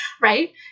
right